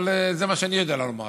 אבל זה מה שאני יודע לומר לך.